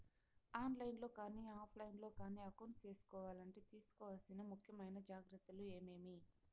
On line లో కానీ offline లో కానీ అకౌంట్ సేసుకోవాలంటే తీసుకోవాల్సిన ముఖ్యమైన జాగ్రత్తలు ఏమేమి?